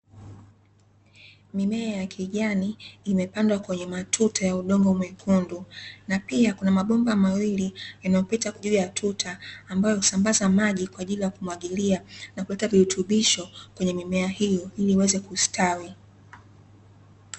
Mimea ya kijani imepandwa kwenye matuta ya udongo mwekundu na pia kuna mabomba mawili yanayopita juu ya tuta, ambayo husambaza maji kwaajili ya kumwagilia na kuleta virutubisho kweye mimea hiyo ili iweze kustawi.